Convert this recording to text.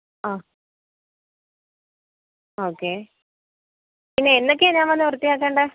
ആ ഓക്കെ പിന്നെ എന്തൊക്കെയാ ഞാൻ വന്ന് വൃത്തിയാക്കേണ്ട